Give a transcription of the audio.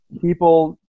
people